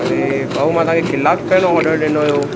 अड़े भाऊ मां तव्हां खे किलाकु पहिरियों ओर्डर ॾिनो हुयो